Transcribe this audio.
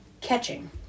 Catching